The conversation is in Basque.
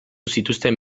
zituzten